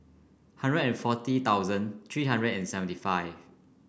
hundred and forty thousand three hundred and seventy five